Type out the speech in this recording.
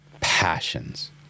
passions